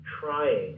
Trying